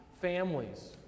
families